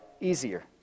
easier